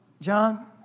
John